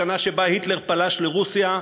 השנה שבה היטלר פלש לרוסיה,